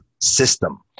system